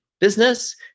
business